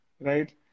Right